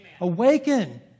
Awaken